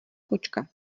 kočka